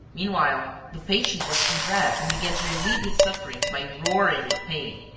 meanwhile, the patient was undressed and began to relieve his sufferings by roaring with pain.